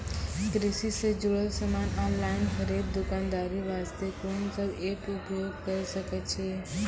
कृषि से जुड़ल समान ऑनलाइन खरीद दुकानदारी वास्ते कोंन सब एप्प उपयोग करें सकय छियै?